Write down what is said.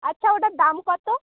আচ্ছা ওটার দাম কতো